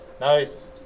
Nice